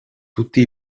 tutti